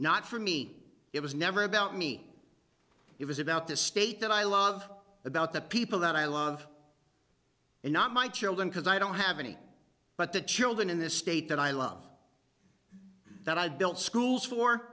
not for me it was never about me it was about this state that i love about the people that i love and not my children because i don't have any but the children in this state that i love that i've built schools for